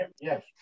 Yes